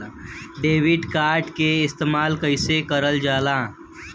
Debit card के इस्तेमाल कइसे करल जाला?